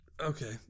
Okay